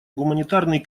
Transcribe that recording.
гуманитарный